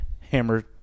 hammer